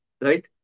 right